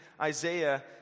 Isaiah